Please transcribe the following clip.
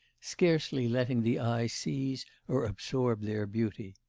scarcely letting the eye seize or absorb their beauty.